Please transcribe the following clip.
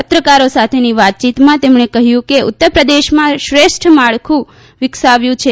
પત્રકારો સાથેની વાતચીતમાં તેમણે કહ્યુંકે ઉત્તરપ્રદેશમાં શ્રેષ્ઠ માળખું વિકસાવ્યું છે